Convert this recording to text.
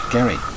Gary